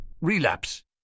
relapse